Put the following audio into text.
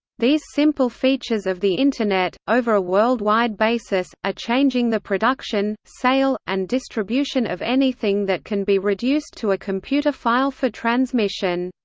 these simple features of the internet, over a worldwide basis, are ah changing the production, sale, and distribution of anything that can be reduced to a computer file for transmission.